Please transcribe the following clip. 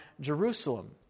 Jerusalem